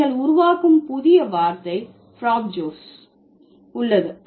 நீங்கள் உருவாக்கும் புதிய வார்த்தை ஃப்ராப்ஜோஸ் உள்ளது